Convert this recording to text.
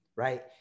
Right